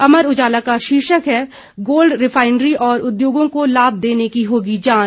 अमर उजाला का शीर्षक है गोल्ड रिफाइनरी और उद्योगों को लाभ देने की होगी जांच